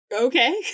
okay